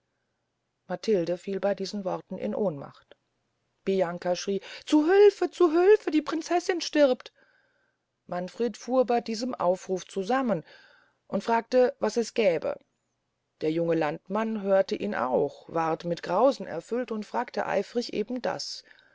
matilde fiel bey diesen worten in ohnmacht bianca schrie zu hülfe zu hülfe die prinzessin stirbt manfred fuhr bey diesem aufruf zusammen und fragte was es gäbe der junge landmann hörte ihn auch ward mit grausen erfüllt und fragte eifrig eben das